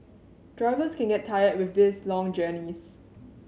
drivers can get tired with these long journeys